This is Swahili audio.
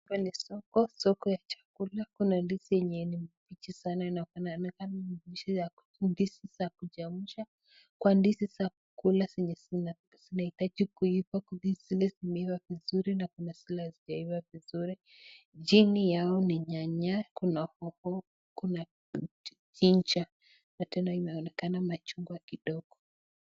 Hapa ni soko, soko ya chakula, kuna ndizi yenye ni mbichi sana inaonekana ni ndizi za kuchemsha kua ndizi za kukula zenye zinahitaji kuiva, kuna zile zimeiva vizuri na kuna zile hazijaiva vizuri. Chini yao ni nyanya kuna pawpaw kuna ginger na tena imeonekana machungwa kidogo.